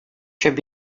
should